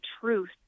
truth